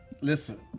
Listen